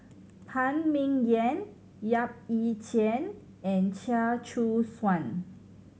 Phan Ming Yen Yap Ee Chian and Chia Choo Suan